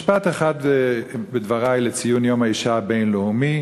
משפט אחד בדברי לציון יום האישה הבין-לאומי.